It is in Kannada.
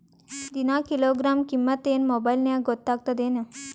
ದಿನಾ ಕಿಲೋಗ್ರಾಂ ಕಿಮ್ಮತ್ ಏನ್ ಮೊಬೈಲ್ ನ್ಯಾಗ ಗೊತ್ತಾಗತ್ತದೇನು?